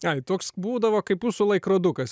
ai toks būdavo kaip jūsų laikrodukas